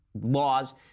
laws